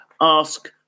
ask